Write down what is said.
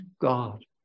God